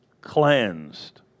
cleansed